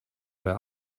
der